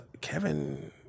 Kevin